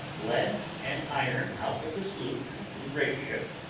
lead, and iron out of the sloop into the great ship,